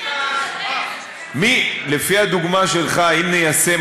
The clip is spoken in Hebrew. במחזה כי רציתי להבין, וראיתי איך מתייחסים